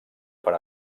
per